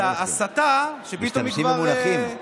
את ההסתה, משתמשים במונחים.